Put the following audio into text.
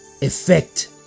effect